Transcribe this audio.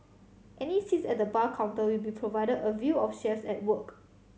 any seats at the bar counter will be provided a view of chefs at work